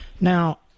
Now